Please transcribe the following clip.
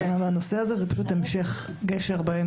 לנושא הזה, זה פשוט המשך גשר באמצע.